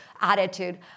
attitude